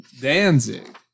Danzig